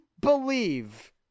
believe